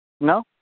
No